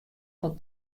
fan